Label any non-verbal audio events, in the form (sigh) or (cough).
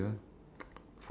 (laughs)